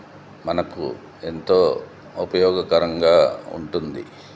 మనకు ఎంతో ఉపయోగకరంగా ఉంటుంది